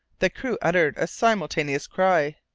the crew uttered a simultaneous cry.